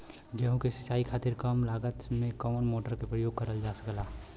गेहूँ के सिचाई खातीर कम लागत मे कवन मोटर के प्रयोग करल जा सकेला?